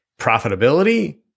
profitability